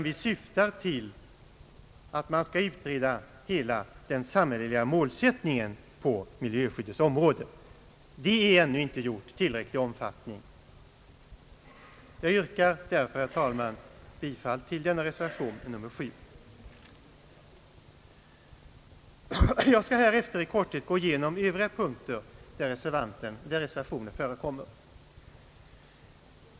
Vi syftar till att man skall utreda hela den samhälleliga målsättningen på miljöskyddets område. Det är ännu inte gjort i tillräcklig omfattning. Jag yrkar därför, herr talman, bifall till reservation VII. Jag skall härefter i korthet gå igenom de övriga punkter där reservationer förekommer.